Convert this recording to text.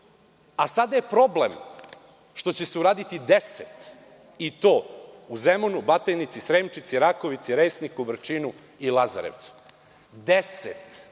Sada je problem što će se uraditi 10 i to u Zemunu, Batajnici, Sremčici, Rakovici, Resniku, Vrčinu i Lazarevcu. Deset